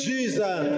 Jesus